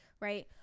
right